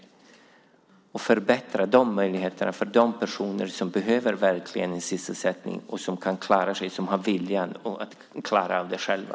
Man borde förbättra möjligheterna för de personer som verkligen behöver en sysselsättning och som har viljan att klara av det själva.